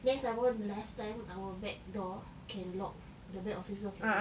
then some more last time our back door can lock the back office all can lock